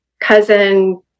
cousin